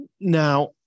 Now